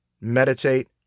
meditate